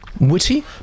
witty